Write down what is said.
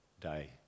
day